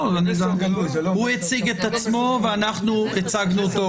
הוא הציג את עצמו, ואנחנו הצגנו אותו.